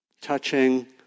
touching